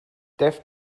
deaf